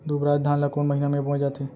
दुबराज धान ला कोन महीना में बोये जाथे?